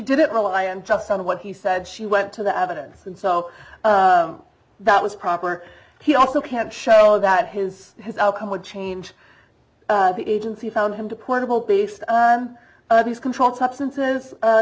didn't rely on just some of what he said she went to the evidence and so that was proper he also can't show that his his outcome would change the agency found him to portable based on these controlled substances